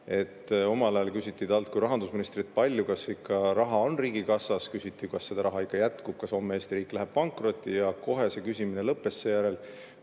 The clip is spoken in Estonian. et omal ajal küsiti talt kui rahandusministrid palju, kas ikka raha on riigikassas, küsiti, kas seda raha ikka jätkub, kas homme Eesti riik läheb pankrotti. Kohe see küsimine lõppes seejärel,